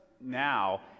now